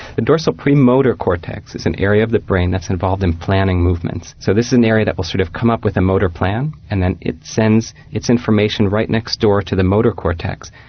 the dorsal premotor cortex is an area of the brain that's involved in planning movements, so this is an area that will sort of come up with a motor plan and then it sends its information right next door to the motor cortex.